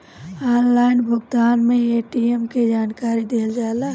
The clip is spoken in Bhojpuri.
ऑनलाइन भुगतान में ए.टी.एम के जानकारी दिहल जाला?